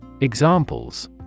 Examples